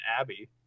Abby